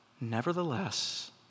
Nevertheless